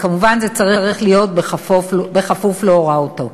וכמובן זה צריך להיות בכפוף להוראתו.